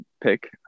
pick